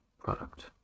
product